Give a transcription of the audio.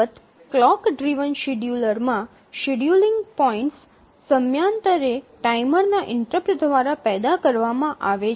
અલબત્ત clock driven શેડ્યૂલરમાં scheduling points સમયાંતરે ટાઈમરના ઇન્ટરપ્ટ દ્વારા પેદા કરવામાં આવે છે